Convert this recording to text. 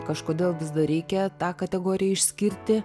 kažkodėl vis dar reikia tą kategoriją išskirti